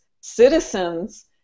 citizens